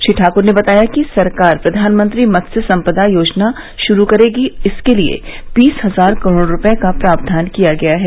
श्री ठाक्र ने बताया कि सरकार प्रघानमंत्री मत्स्य संपदा योजना शुरू करेगी इसके लिए बीस हजार करोड रूपये का प्रावधान किया गया है